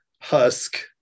husk